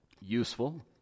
useful